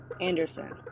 anderson